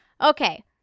Okay